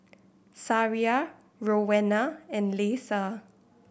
Sariah Rowena and Leisa